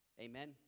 Amen